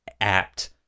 apt